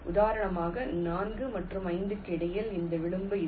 உதாரணமாக 4 மற்றும் 5 க்கு இடையில் எந்த விளிம்பும் இல்லை